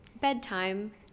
bedtime